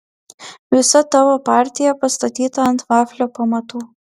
visa tavo partija pastatyta ant vaflio pamatų